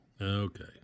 Okay